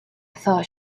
thought